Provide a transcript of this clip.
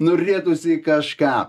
norėtųsi kažką